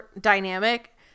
dynamic